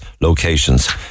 locations